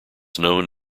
known